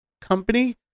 company